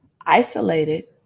isolated